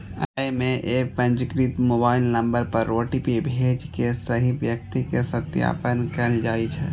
अय मे एप पंजीकृत मोबाइल नंबर पर ओ.टी.पी भेज के सही व्यक्ति के सत्यापन कैल जाइ छै